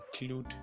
include